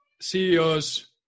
CEOs